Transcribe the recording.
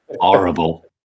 horrible